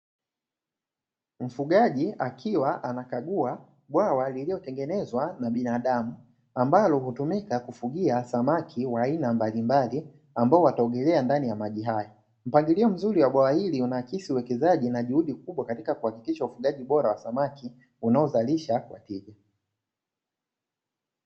Mfugaji akiwa anakagua bwawa liliotengenezwa na binadamu, ambalo hutumika kufugia samaki wa aina mbalimbali, ambao wataongelea ndani ya maji haya. Mpangilio mzuri wa bwawa hili unaakisi uwekezaji na juhudi kubwa, katika kuhakikisha ufugaji bora wa samaki unaozalisha kwa tija.